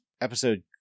episode